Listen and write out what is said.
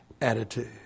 attitude